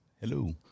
Hello